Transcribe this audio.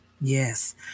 Yes